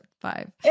five